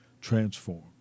transformed